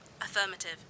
Affirmative